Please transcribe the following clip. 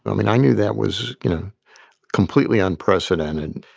mean, i knew that was completely unprecedented.